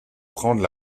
prendre